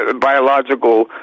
biological